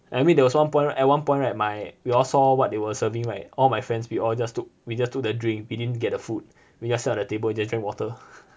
I mean there was one point right at one point right my we all saw what they were serving right all my friends we all just took we just took the drink we didn't get the food we just sat on the table just drank water